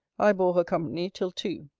i bore her company till two.